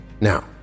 Now